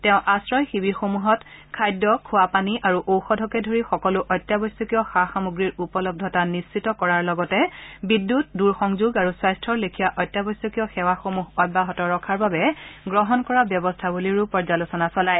তেওঁ আশ্ৰয় শিবিৰসমূহত খাদ্য খোৱাপানী আৰু ঔষধকে ধৰি সকলো অত্যাৰশ্যকীয় সা সামগ্ৰীৰ উপলব্ধতা নিশ্চিত কৰাৰ লগতে বিদ্যুৎ দূৰসংযোগ আৰু স্বাস্থৰ লেখিয়া অত্যাৱশ্যকীয় সেৱাসমূহ অ্যাহত ৰখাৰ বাবে গ্ৰহণ কৰা ব্যৱস্থাৱলীৰো পৰ্যালোচনা চলায়